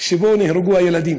שבו נהרגו הילדים.